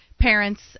parents